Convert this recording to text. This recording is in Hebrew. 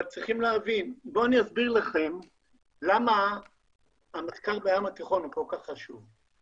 אבל יש להבין אסביר למה המחקר בים התיכון הוא כל כך חשוב.